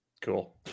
Cool